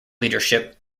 leadership